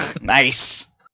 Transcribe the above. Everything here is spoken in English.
Nice